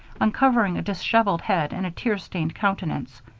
uncovering a disheveled head and a tear-stained countenance.